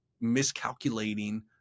miscalculating